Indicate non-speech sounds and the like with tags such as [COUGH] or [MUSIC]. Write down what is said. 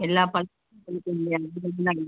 எல்லா பழம் [UNINTELLIGIBLE]